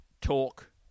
talk